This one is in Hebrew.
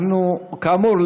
כאמור,